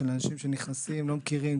של אנשים שנכנסים, לא מכירים.